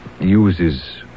uses